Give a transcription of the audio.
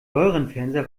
röhrenfernseher